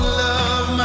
love